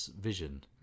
vision